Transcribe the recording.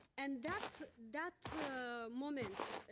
and that that moment.